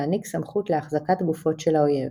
שיעניק סמכות להחזקת גופות של האויב.